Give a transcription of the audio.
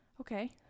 Okay